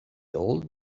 old